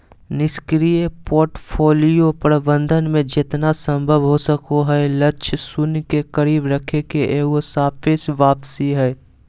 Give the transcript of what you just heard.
निष्क्रिय पोर्टफोलियो प्रबंधन मे जेतना संभव हो सको हय लक्ष्य शून्य के करीब रखे के एगो सापेक्ष वापसी हय